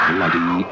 Bloody